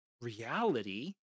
reality